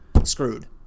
Screwed